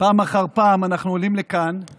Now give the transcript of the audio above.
פעם אחר פעם, אדוני, עולים לכאן עם